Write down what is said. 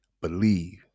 believe